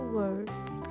words